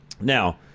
Now